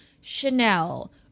Chanel